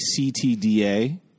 CTDA